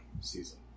season